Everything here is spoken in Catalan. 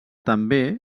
també